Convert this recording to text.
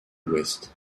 ouest